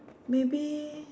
maybe